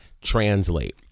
translate